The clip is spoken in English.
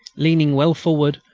leaning well forward,